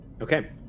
Okay